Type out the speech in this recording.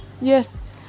yes